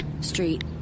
Street